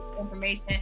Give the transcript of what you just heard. information